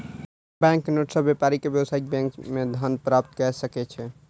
bank note सॅ व्यापारी व्यावसायिक बैंक मे धन प्राप्त कय सकै छै